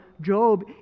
Job